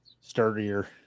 sturdier